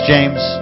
James